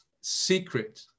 secret